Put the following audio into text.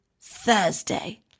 Thursday